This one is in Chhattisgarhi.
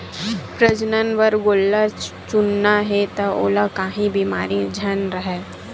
प्रजनन बर गोल्लर चुनना हे त ओला काही बेमारी झन राहय